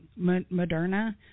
Moderna